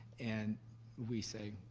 and we say,